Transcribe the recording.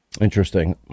Interesting